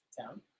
Town